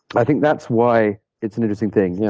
i think that's why it's an interesting thing. yeah